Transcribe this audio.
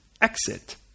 exit